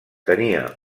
tenia